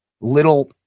little